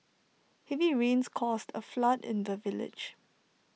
heavy rains caused A flood in the village